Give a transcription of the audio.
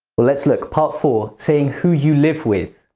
let's look, part four saying who you live with.